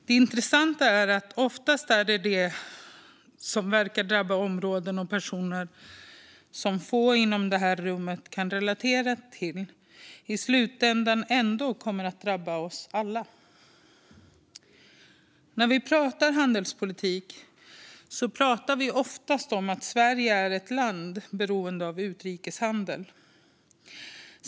Det intressanta är att det oftast är så att det som drabbar områden och personer som få i de här rummen kan relatera till i slutändan ändå kommer att drabba oss alla. När vi pratar handelspolitik pratar vi oftast om att Sverige är ett land beroende av utrikeshandel.